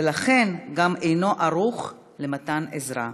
ולכן גם אינו ערוך למתן עזרה.